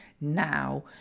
now